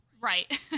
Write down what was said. Right